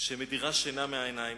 שמדירה שינה מן העיניים.